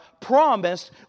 promised